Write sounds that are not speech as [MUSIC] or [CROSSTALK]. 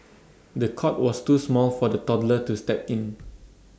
[NOISE] the cot was too small for the toddler to step in